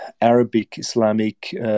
Arabic-Islamic